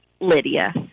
Lydia